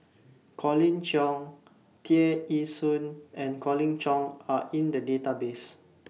Colin Cheong Tear Ee Soon and Colin Cheong Are in The Database